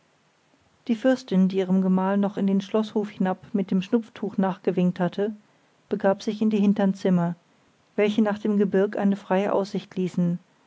die fürstin die ihrem gemahl noch in den schloßhof hinab mit dem schnupftuch nachgewinkt hatte begab sich in die hintern zimmer welche nach dem gebirg eine freie aussicht ließen